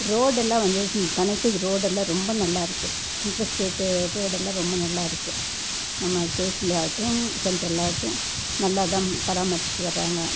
ரோடெலாம் வந்து கனக்ட்டிங் ரோடெலாம் ரொம்ப நல்லாயிருக்கு இன்டர் ஸ்டேட்டு ரோடெலாம் ரொம்ப நல்லாயிருக்கு நம்ம ஸ்டேட்லேயாகட்டும் சென்ட்ரல்லேயாகட்டும் நல்லாதான் பராமரிச்சுட்டு வராங்க